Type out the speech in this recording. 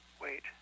wait